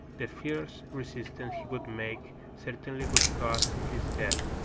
the fierce resistance he would make certainly would cause his death,